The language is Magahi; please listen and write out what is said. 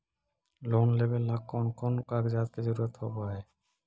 लोन लेबे ला कौन कौन कागजात के जरुरत होबे है?